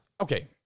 Okay